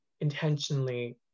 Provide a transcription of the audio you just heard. intentionally